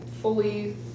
fully